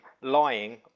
lying